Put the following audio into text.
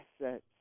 assets